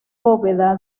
bóveda